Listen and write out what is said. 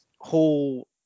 whole